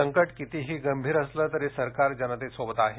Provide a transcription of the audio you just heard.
संकट कितीही गंभीर असलं तरी सरकार जनतेसोबत आहे